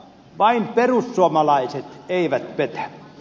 vain perussuomalaiset eivät petä